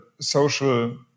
social